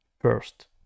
first